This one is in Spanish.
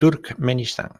turkmenistán